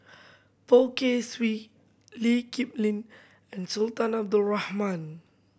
Poh Kay Swee Lee Kip Lin and Sultan Abdul Rahman